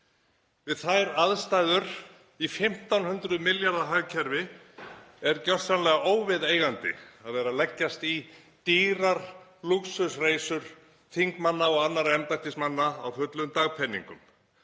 Við þær aðstæður í 1.500 milljarða hagkerfi er gjörsamlega óviðeigandi að leggjast í dýrar lúxusreisur þingmanna og annarra embættismanna á fullum dagpeningum.